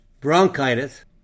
bronchitis